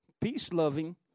peace-loving